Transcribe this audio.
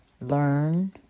learn